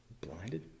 Blinded